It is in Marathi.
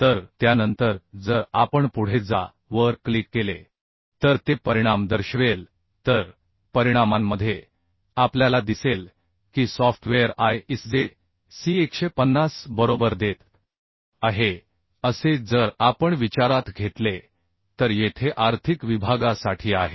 तर त्यानंतर जर आपण पुढे जा वर क्लिक केले तर ते परिणाम दर्शवेल तर परिणामांमध्ये आपल्याला दिसेल की सॉफ्टवेअर ISJC 150 बरोबर देत आहे असे जर आपण विचारात घेतले तर येथे आर्थिक विभागासाठी आहे